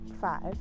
five